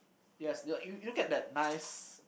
yes you you get that nice